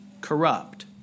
corrupt